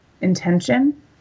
intention